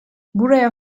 buraya